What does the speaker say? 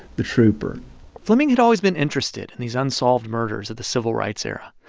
the trooper fleming had always been interested in these unsolved murders of the civil rights era.